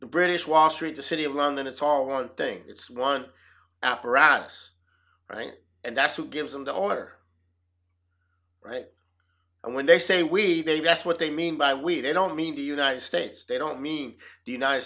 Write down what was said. the british wall street the city of london it's all one thing it's one apparatus right and that's who gives them the owner right and when they say we guess what they mean by we don't mean the united states they don't mean the united